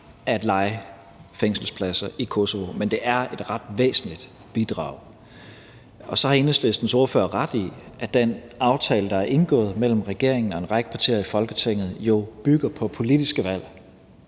at leje fængselspladser i Kosovo, men det er et ret væsentligt bidrag. Og så har Enhedslistens ordfører ret i, at den aftale, der er indgået mellem regeringen og en række partier i Folketinget, jo bygger på politiske valg.